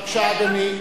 בבקשה, אדוני.